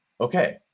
Okay